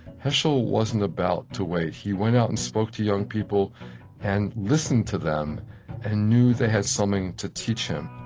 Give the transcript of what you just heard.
heschel wasn't about to wait. he went out and spoke to young people and listened to them and knew they had something to teach him